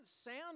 sound